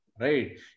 right